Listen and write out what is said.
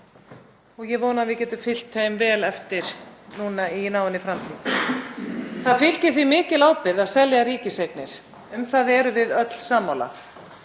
og ég vona að við getum fylgt þeim vel eftir núna í náinni framtíð. Það fylgir því mikil ábyrgð að selja ríkiseignir. Um það erum við öll sammála.